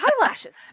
eyelashes